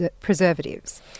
preservatives